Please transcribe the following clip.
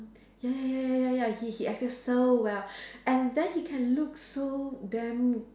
ya ya ya ya ya he he acted so well and then he can look so damn